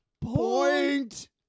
Point